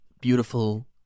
beautiful